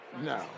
no